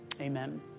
Amen